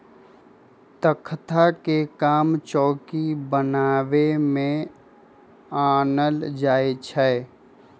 तकख्ता के काम चौकि बनाबे में आनल जाइ छइ